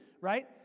right